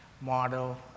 model